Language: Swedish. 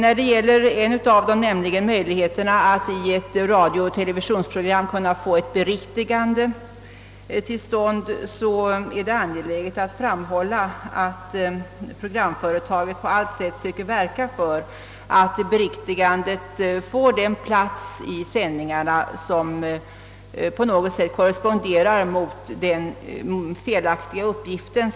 Vad gäller möjligheterna att i radiooch TV-program få framfört ett beriktigande är det angeläget framhålla att programföretaget på allt sätt bör försöka verka för att beriktigandet får en plats i sändningarna som korresponderar mot publiceringen av den felaktiga uppgiften.